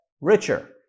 richer